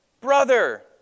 brother